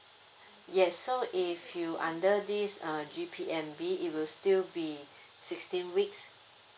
yes so if you under this uh G_P_M_B it will still be sixteen weeks